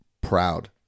proud